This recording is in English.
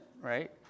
right